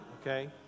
okay